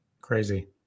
Crazy